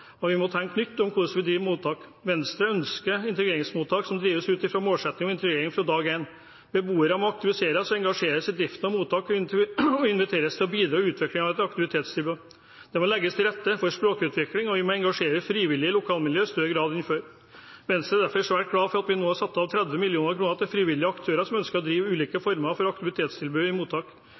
og vi må tenke nytt om hvordan vi driver mottak. Venstre ønsker integreringsmottak som drives ut ifra en målsetting om integrering fra dag én. Beboere må aktiviseres og engasjeres i driften av mottaket og inviteres til å bidra i utviklingen av et aktivitetstilbud. Det må legges til rette for språkutvikling, og vi må engasjere frivillige i lokalmiljøet i større grad enn før. Venstre er derfor svært glad for at vi nå har satt av 30 mill. kr til frivillige aktører som ønsker å drive ulike former for aktivitetstilbud i mottak.